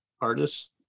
artists